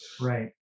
Right